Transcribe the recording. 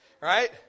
right